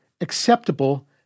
acceptable